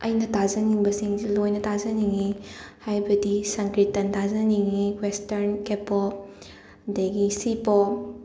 ꯑꯩꯅ ꯇꯥꯖꯅꯤꯡꯕꯁꯤꯡꯁꯨ ꯂꯣꯏꯅ ꯇꯥꯖꯅꯤꯡꯉꯤ ꯍꯥꯏꯕꯗꯤ ꯁꯪꯀ꯭ꯔꯤꯇꯟ ꯇꯥꯖꯅꯤꯡꯉꯤ ꯋꯦꯁꯇꯔꯟ ꯀꯦ ꯄꯣꯞ ꯑꯗꯒꯤ ꯁꯤꯄꯣꯞ